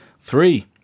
three